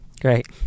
great